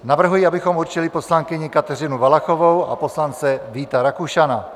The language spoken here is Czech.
Navrhuji, abychom určili poslankyni Kateřinu Valachovou a poslance Víta Rakušana.